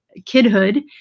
kidhood